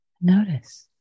Notice